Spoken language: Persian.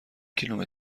کیلومتر